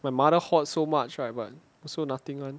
my mother hogged so much right but also nothing [one]